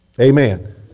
Amen